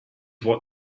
what